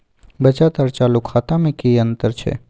बचत आर चालू खाता में कि अतंर छै?